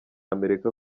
amerika